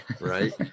Right